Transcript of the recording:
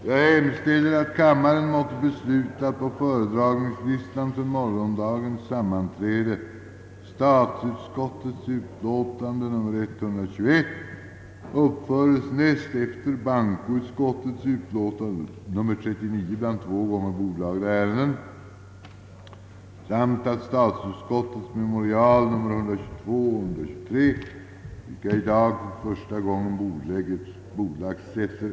Jag hemställer, att statsutskottets utlåtande nr 121 måtte uppföras närmast efter bankoutskottets utlåtande nr 39 bland två gånger bordlagda ärenden på morgondagens föredragningslista. Vidare hemställer jag, att statsutskottets i dag till bordläggning anmälda memorial nr 122 och 123 måtte uppföras sist på föredragningslistan för morgondagens sammanträde. '